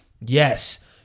yes